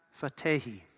Fatehi